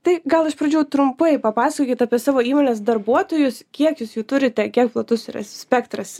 tai gal iš pradžių trumpai papasakokit apie savo įmonės darbuotojus kiek jūs jų turite kiek platus yra spektras